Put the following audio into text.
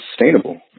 sustainable